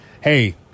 Hey